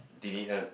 the dinner